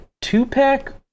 two-pack